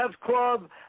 Club